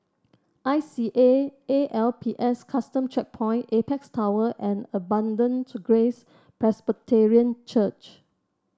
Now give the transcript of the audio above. I C A A L P S Custom Checkpoint Apex Tower and Abundant Grace Presbyterian Church